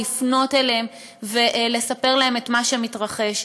לפנות אליהם ולספר להם את מה שמתרחש.